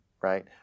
right